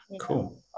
Cool